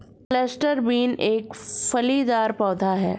cluster bean एक फलीदार पौधा है